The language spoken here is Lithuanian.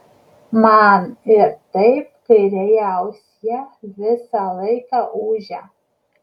man ir taip kairėje ausyje visą laiką ūžia